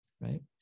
right